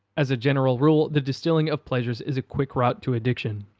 as a general rule, the distilling of pleasures is a quick route to addiction.